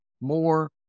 more